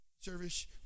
service